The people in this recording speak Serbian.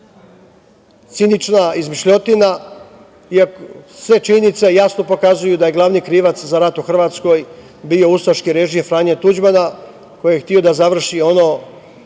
cinična izmišljotina. Sve činjenice jasno pokazuju da je glavni krivac za rat u Hrvatskoj bio ustaški režim Franje Tuđmana koji je hteo da završi ono